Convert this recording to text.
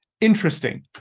interesting